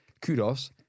kudos